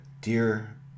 dear